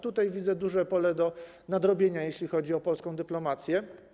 Tutaj widzę dużo do nadrobienia, jeśli chodzi o polską dyplomację.